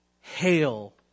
Hail